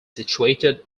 situated